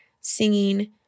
singing